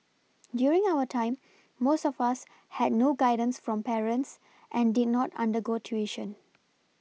during our time most of us had no guidance from parents and did not undergo tuition